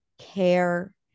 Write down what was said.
care